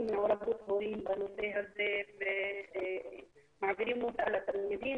מעורבות הורים בנושא הזה ומעבירים אותה לתלמידים